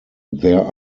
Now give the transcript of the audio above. there